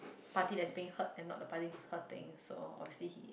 party that is being hurt and not the party that is hurting so obviously he